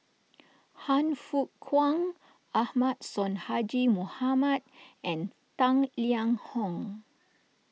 Han Fook Kwang Ahmad Sonhadji Mohamad and Tang Liang Hong